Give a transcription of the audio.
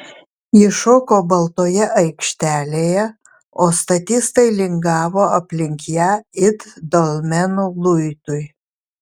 ji šoko baltoje aikštelėje o statistai lingavo aplink ją it dolmenų luitui